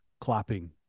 clapping